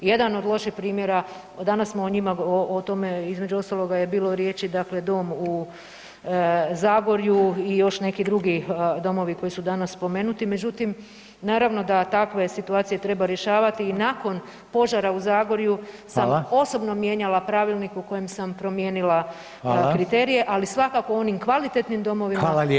Jedan od loših primjera, danas o njima, o tome između ostalog je bilo riječi dakle dom u Zagorju i još neki drugi domovi koji su danas spomenuti, međutim naravno da takve situacije treba rješavati i nakon požara u Zagorju sam osobno [[Upadica: Hvala.]] mijenjala pravilnik u kojem sam promijenila kriterije, ali svakako u onim [[Upadica: Hvala lijepa.]] kvalitetnim domovima treba pomoći.